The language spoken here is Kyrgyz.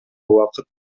убакыт